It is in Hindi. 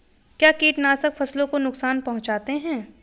क्या कीटनाशक फसलों को नुकसान पहुँचाते हैं?